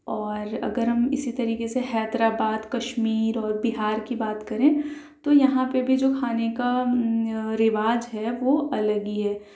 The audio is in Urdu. اور اگر ہم اسی طریقے سے حیدرآباد کشمیر اور بہار کی بات کریں تو یہاں کے بھی جو کھانے کا رواج ہے وہ الگ ہی ہے